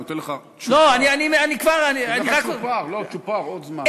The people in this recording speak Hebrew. אני נותן לך צ'ופר עוד זמן.